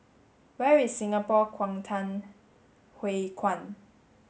where is Singapore Kwangtung Hui Kuan